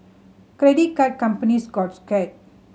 credit card companies got scared